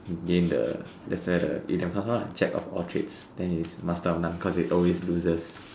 gain the that's where the idiom come from Jack of all trades then he's master of none cause he always loses